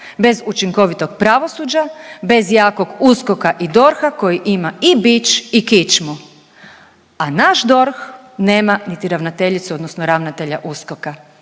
bez učinkovitog pravosuđa, bez jakog USKOK-a i DORH-a koji ima i bič i kičmu, a naš DORH nema niti ravnateljicu, odnosno ravnatelja USKOK-a